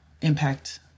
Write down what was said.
impact